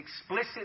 explicit